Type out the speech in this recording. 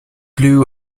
blew